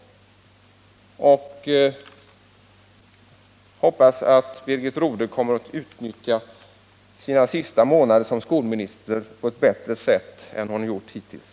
Jag hoppas att Birgit Rodhe kommer att utnyttja sina sista månader som skolminister på ett bättre sätt än hon utnyttjat tiden hittills.